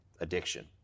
addiction